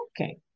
Okay